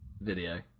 video